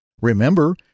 Remember